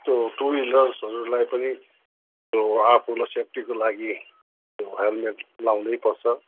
त्यो टु विलर्सहरूलाई पनि त्यो आफ्नो सेफ्टीको लागि हेल्मेट लाउनै पर्छ